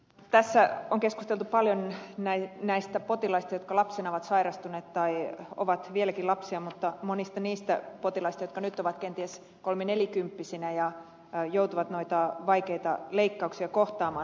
tässä on keskusteltu paljon näistä potilaista jotka lapsena ovat sairastuneet tai ovat vieläkin lapsia mutta vähän monista niistä potilaista jotka nyt ovat kenties kolmenelikymppisiä ja joutuvat noita vaikeita leikkauksia kohtaamaan